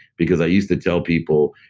because i used to tell people,